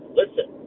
listen